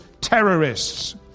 terrorists